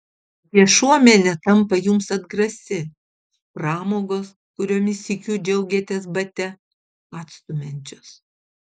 viešuomenė tampa jums atgrasi pramogos kuriomis sykiu džiaugėtės bate atstumiančios